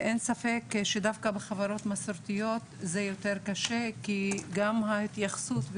אין ספק שדווקא בחברות מסורתיות זה יותר קשה כי גם ההתייחסות,